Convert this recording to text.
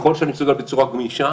ככל שאני מסוגל, בצורה גמישה,